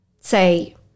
say